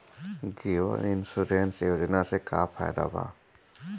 जीवन insurance योजना से का फायदा बा?